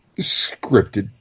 scripted